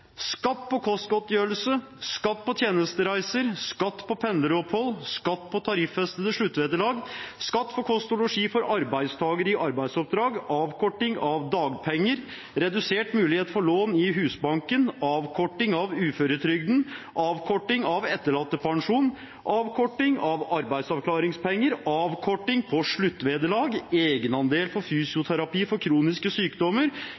skatt på kostgodtgjørelse, skatt på tjenestereiser, skatt på pendleropphold, skatt på tariffestede sluttvederlag, skatt på kost og losji for arbeidstakere i arbeidsoppdrag, avkorting av dagpenger, redusert mulighet for lån i Husbanken, avkorting av uføretrygden, avkorting av etterlattepensjonen, avkorting av arbeidsavklaringspenger, avkorting av sluttvederlag, egenandel for fysioterapi for kroniske sykdommer,